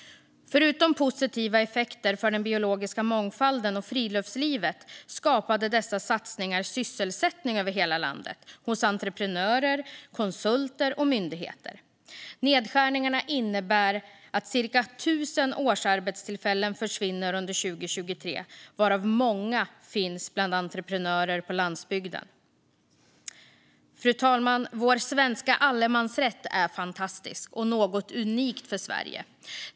Förutom positiva effekter för den biologiska mångfalden och friluftslivet skapade satsningarna sysselsättning över hela landet hos entreprenörer, konsulter och myndigheter. Nedskärningarna innebär att cirka 1 000 årsarbetstillfällen försvinner under 2023, varav många finns bland entreprenörer på landsbygden. Fru talman! Vår svenska allemansrätt är fantastisk och unik för Sverige.